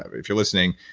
if you're listening,